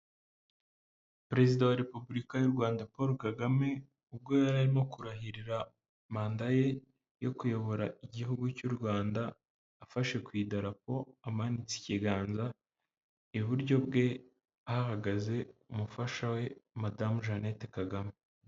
Perezida wa Repubulika y'u Rwanda Paul Kagame ubwo yari arimo kurahirira manda ye yo kuyobora Igihugu cy'u Rwanda afashe ku idarapo, amanitse ikiganza. Iburyo bwe hahagaze umufasha we Madamu Jeannette Kagame.